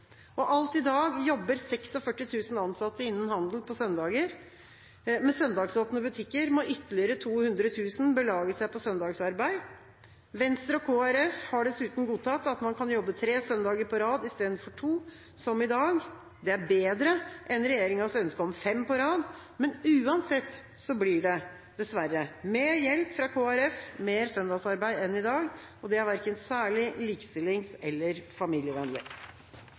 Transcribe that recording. jobb. Alt i dag jobber 46 000 ansatte innen handel på søndager. Med søndagsåpne butikker må ytterligere 200 000 belage seg på søndagsarbeid. Venstre og Kristelig Folkeparti har dessuten godtatt at man kan jobbe tre søndager på rad i stedet for to, som i dag. Det er bedre enn regjeringas ønske om fem på rad, men uansett blir det dessverre, med hjelp fra Kristelig Folkeparti, mer søndagsarbeid enn i dag. Det er verken særlig likestillings- eller familievennlig.